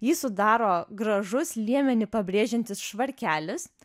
jį sudaro gražus liemenį pabrėžiantis švarkelis